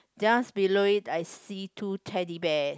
just below it I see two Teddy Bears